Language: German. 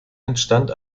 entstand